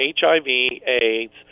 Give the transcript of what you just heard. HIV/AIDS